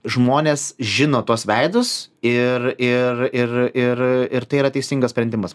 žmonės žino tuos veidus ir tai yra teisingas sprendimas manau